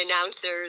announcers